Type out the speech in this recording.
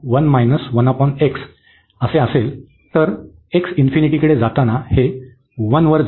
तर x इन्फिनिटीकडे जाताना हे 1 वर जाईल